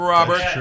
Robert